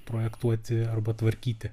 projektuoti arba tvarkyti